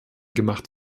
gemacht